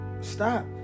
Stop